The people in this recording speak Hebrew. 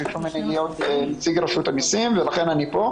ביקשו ממני להיות נציג רשות המיסים ולכן אני פה.